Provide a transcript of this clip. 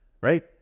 right